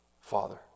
Father